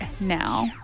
now